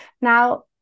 Now